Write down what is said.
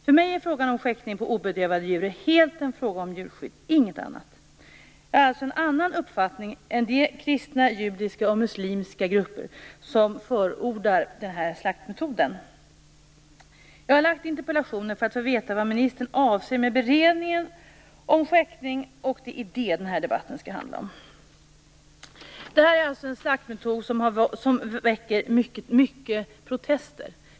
För mig är frågan om skäktning på obedövade djur helt en fråga om djurskydd, ingenting annat. Jag har alltså en annan uppfattning än de kristna, judiska och muslimska grupper som förordar den här slaktmetoden. Jag har lagt interpellationen för att få veta vad ministern avser med beredningen av frågan om skäktning och det är det den här debatten skall handla om. Detta är en slaktmetod som väcker många protester.